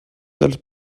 dels